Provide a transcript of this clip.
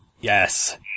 Yes